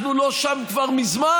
אנחנו לא שם כבר מזמן.